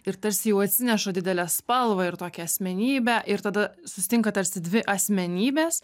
ir tarsi jau atsineša didelę spalvą ir tokią asmenybę ir tada susitinka tarsi dvi asmenybės